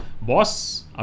Boss